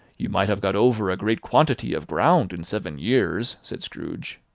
you might have got over a great quantity of ground in seven years, said scrooge.